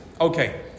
Okay